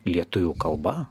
lietuvių kalba